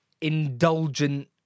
indulgent